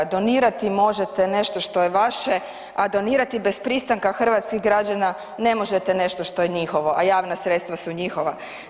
Donirati možete nešto što je vaše a donirati bez pristanka hrvatskih građana, ne možete nešto što je njihovo a javna sredstva su njihova.